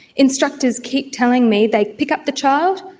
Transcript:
instructors keep telling me they pick up the child,